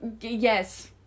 Yes